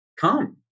come